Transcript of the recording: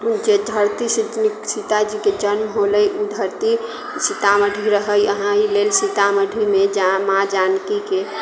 जे धरतीसँ सीताजीके जन्म होलै ओ धरती सीतामढ़ी रहै एहि लेल सीतामढ़ीमे जहाँ माँ जानकीके